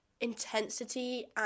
intensity